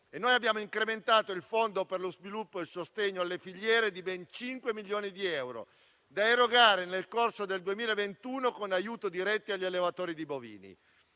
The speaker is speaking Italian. Abbiamo incrementato il Fondo per lo sviluppo e il sostegno alle filiere di ben 5 milioni di euro, da erogare nel corso del 2021, con aiuti diretti agli allevatori di bovini.